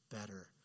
better